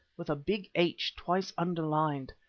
with a big h twice underlined.